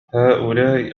هؤلاء